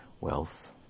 wealth